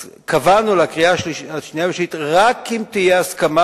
אז קבענו לקריאה השנייה והשלישית רק אם תהיה הסכמה,